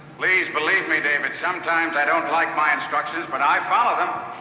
please believe me, david, sometimes i don't like my instructions, but i follow them.